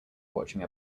watching